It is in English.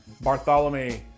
Bartholomew